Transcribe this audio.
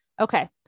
Okay